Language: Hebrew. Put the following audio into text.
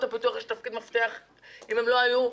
הפיתוח יש תפקיד מפתח כי אם הן לא היו,